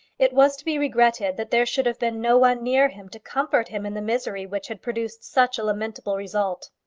it was to be regretted that there should have been no one near him to comfort him in the misery which had produced such a lamentable result.